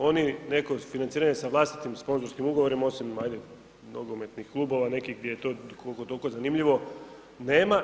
Oni neko financiranje sa vlastitim sponzorskim ugovorima osim ajde nogometnih klubova gdje je to koliko toliko zanimljivo, nema.